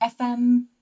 FM